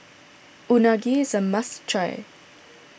Unagi is a must try